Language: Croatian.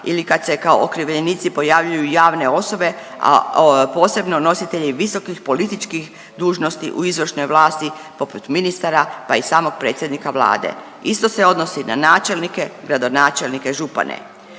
ili kad se kao okrivljenici pojavljuju javne osobe, a posebno nositelji visokih političkih dužnosti u izvršnoj vlasti poput ministara, pa i samog predsjednika Vlade. Isto se odnosi na načelnike, gradonačelnike, župane.